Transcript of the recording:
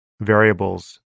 variables